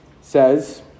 says